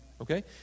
Okay